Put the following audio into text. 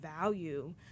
value